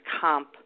comp